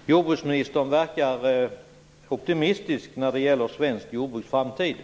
Herr talman! Jordbruksministern verkar optimistisk när det gäller svenskt jordbruks framtid.